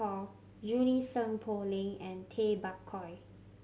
Junie Sng Poh Leng and Tay Bak Koi